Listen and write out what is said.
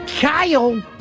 Kyle